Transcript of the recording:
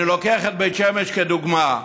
אני לוקח את בית שמש כדוגמה.